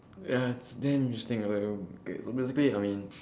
ya it's damn interesting whatever okay so basically I mean